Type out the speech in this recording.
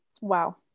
Wow